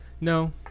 No